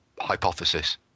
hypothesis